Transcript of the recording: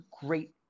great